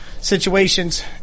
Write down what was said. situations